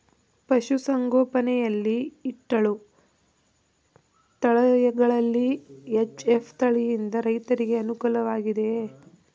ಪಶು ಸಂಗೋಪನೆ ಯಲ್ಲಿ ಇಟ್ಟಳು ತಳಿಗಳಲ್ಲಿ ಎಚ್.ಎಫ್ ತಳಿ ಯಿಂದ ರೈತರಿಗೆ ಅನುಕೂಲ ವಾಗಿದೆಯೇ?